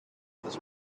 this